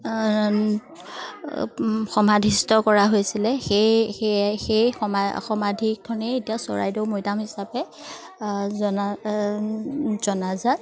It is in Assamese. সমাধিষ্ট কৰা হৈছিলে সেই সেয়ে সেই সমা সমাধিখনেই এতিয়া চৰাইদেউ মৈদাম হিচাপে জনা জনাজাত